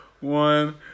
one